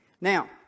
Now